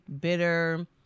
bitter